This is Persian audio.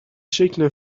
شکل